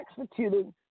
executing